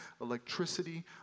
electricity